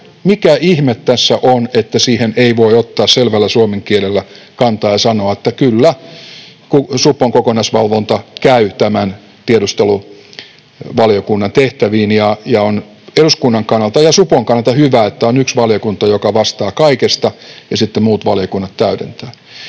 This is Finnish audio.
Mikä ihme tässä on, että siihen ei voi ottaa selvällä suomen kielellä kantaa ja sanoa, että kyllä, supon kokonaisvalvonta käy tämän tiedusteluvaliokunnan tehtäviin ja on eduskunnan kannalta ja supon kannalta hyvä, että on yksi valiokunta, joka vastaa kaikesta, ja sitten muut valiokunnat täydentävät?